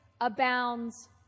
abounds